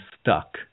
stuck